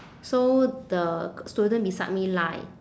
so the student beside me lie